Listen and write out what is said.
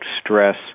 stress